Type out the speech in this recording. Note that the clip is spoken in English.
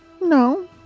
No